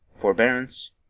forbearance